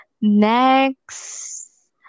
next